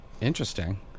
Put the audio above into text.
Interesting